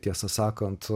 tiesą sakant